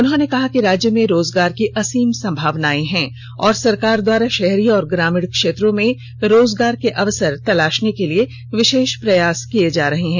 उन्होंने कहा कि राज्य में रोजगार की असीम संभावनायें हैं और सरकार द्वारा शहरी और ग्रामीण क्षेत्रों में रोजगार के अवसर तलाषने के लिए विषेष प्रयास किये जा रहे हैं